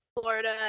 Florida